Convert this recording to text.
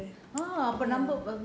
அப்பா நம்ம:appa namma